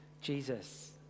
jesus